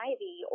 Ivy